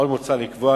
עוד מוצע לקבוע,